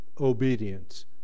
obedience